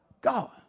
God